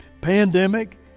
pandemic